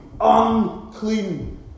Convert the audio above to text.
unclean